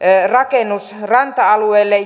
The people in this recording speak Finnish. rakennus ranta alueelle